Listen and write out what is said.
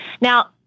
Now